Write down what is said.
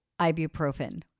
ibuprofen